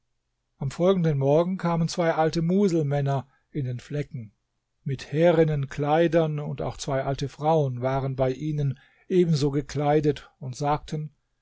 am folgenden morgen kamen zwei alte muselmänner in den flecken mit härenen kleidern auch zwei alte frauen waren bei ihnen ebenso gekleidet und sagten